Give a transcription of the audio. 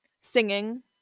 singing